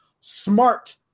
smart